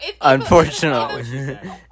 Unfortunately